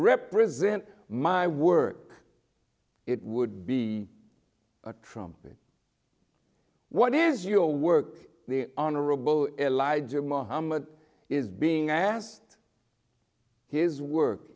represent my work it would be a trumpet what is your work the honorable elijah muhammad is being asked his work